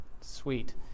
Sweet